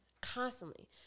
Constantly